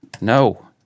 No